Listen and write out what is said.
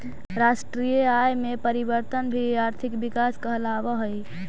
राष्ट्रीय आय में परिवर्तन भी आर्थिक विकास कहलावऽ हइ